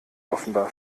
offenbar